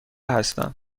هستم